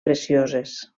precioses